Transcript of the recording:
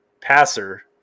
passer